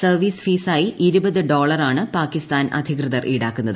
service ഫീസായി ട്ടിര് ൻസ്റാളറാണ് പാകിസ്ഥാൻ അധികൃതർ ഈടാക്കുന്നത്